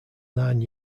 nine